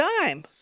time